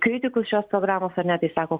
kritikus šios programos ar ne tai sako